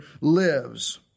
lives